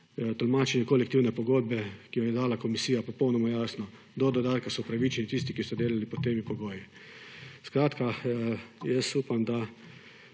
tolmačenje kolektivne pogodbe, ki jo je dala komisija, popolnoma jasno – do dodatka so upravičeni tisti, ki so delali pod temi pogoji. Skratka upam, da